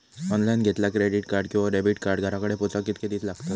Online घेतला credit card किंवा debit card घराकडे पोचाक कितके दिस लागतत?